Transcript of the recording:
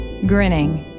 grinning